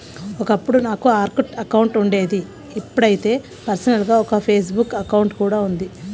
ఒకప్పుడు నాకు Orkut account ఉండేది ఇప్పుడైతే పర్సనల్ గా ఒక ఫేస్ బుక్ అకౌంట్ కూడా ఉంది